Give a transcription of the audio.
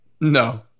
No